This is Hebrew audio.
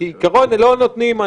כעיקרון לא נותנים,